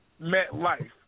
MetLife